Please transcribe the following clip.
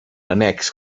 annex